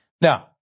Now